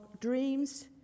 dreams